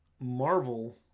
Marvel